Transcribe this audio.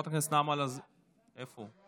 איפה הוא?